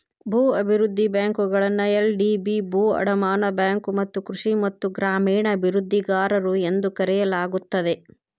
ಭೂ ಅಭಿವೃದ್ಧಿ ಬ್ಯಾಂಕುಗಳನ್ನ ಎಲ್.ಡಿ.ಬಿ ಭೂ ಅಡಮಾನ ಬ್ಯಾಂಕು ಮತ್ತ ಕೃಷಿ ಮತ್ತ ಗ್ರಾಮೇಣ ಅಭಿವೃದ್ಧಿಗಾರರು ಎಂದೂ ಕರೆಯಲಾಗುತ್ತದೆ